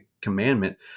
commandment